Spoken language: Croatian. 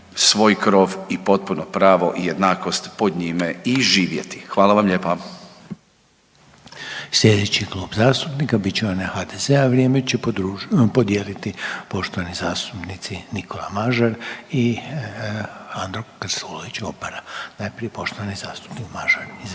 svoj krov i potpuno pravo i jednakost pod njime i živjeti. Hvala vam lijepa. **Reiner, Željko (HDZ)** Sljedeći klub zastupnika bit će onaj HDZ-a, vrijeme će podijeliti poštovani zastupnici Nikola Mažar i Andro Krstulović Opara. Najprije poštovani zastupnik Mažar, izvolite.